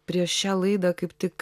prieš šią laidą kaip tik